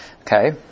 Okay